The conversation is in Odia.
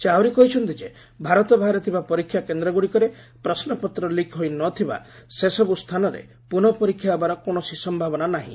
ସେ ଆହୁରି କହିଛନ୍ତି ଯେ ଭାରତ ବାହାରେ ଥିବା ପରୀକ୍ଷା କେନ୍ଦ୍ରଗୁଡ଼ିକରେ ପ୍ରଶ୍ୱପତ୍ର ଲିକ୍ ହୋଇ ନ ଥିବା ସେସବୁ ସ୍ଥାନରେ ପୁନଃ ପରୀକ୍ଷା ହେବାର କୌଣସି ସମ୍ଭାବନା ନାହିଁ